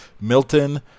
Milton